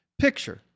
Picture